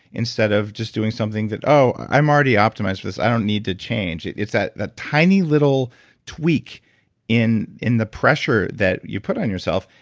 instead of just doing something that, i'm already optimized for this, i don't need to change it. it's that that tiny little tweak in in the pressure that you put on yourself.